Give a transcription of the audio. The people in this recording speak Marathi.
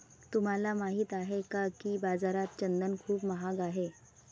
तुम्हाला माहित आहे का की बाजारात चंदन खूप महाग आहे?